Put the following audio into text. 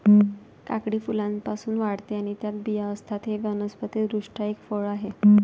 काकडी फुलांपासून वाढते आणि त्यात बिया असतात, ते वनस्पति दृष्ट्या एक फळ आहे